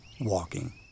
WALKING